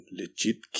legit